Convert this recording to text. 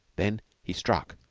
then he struck,